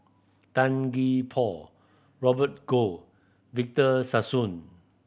Tan Gee Paw Robert Goh Victor Sassoon